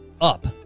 up